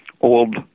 old